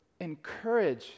encourage